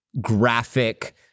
graphic